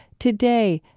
today,